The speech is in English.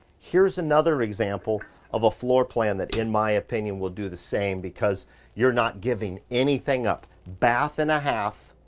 here's another example of a floor plan that, in my opinion, will do the same because you're not giving anything up. bath and a half,